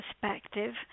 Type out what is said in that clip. perspective